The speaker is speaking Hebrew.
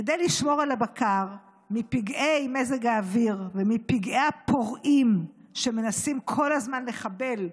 כדי לשמור על הבקר מפגעי מזג האוויר ומפגעי פורעים שמנסים כל הזמן לחבל,